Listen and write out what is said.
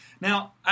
Now